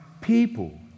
people